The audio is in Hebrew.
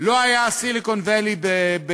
לא היה ה-Silicon Valley בקליפורניה,